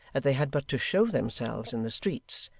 that they had but to show themselves in the streets,